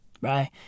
Right